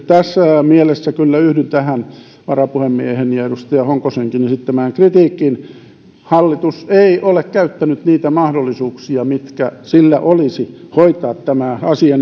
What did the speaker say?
tässä mielessä kyllä yhdyn tähän varapuhemiehen ja edustaja honkosenkin esittämään kritiikkiin hallitus ei ole käyttänyt niitä mahdollisuuksia mitkä sillä olisi hoitaa tämä asia